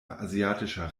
asiatischer